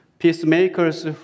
Peacemakers